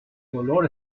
dolor